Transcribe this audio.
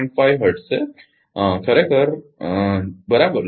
5 hertz છે બરાબર